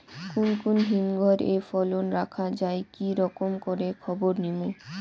কুন কুন হিমঘর এ ফসল রাখা যায় কি রকম করে খবর নিমু?